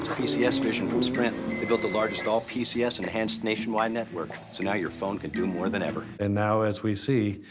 pcs vision from sprint. they built the largest all pcs enhanced nationwide network so now your phone can do more than ever. and now as we see,